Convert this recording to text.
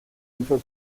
genfer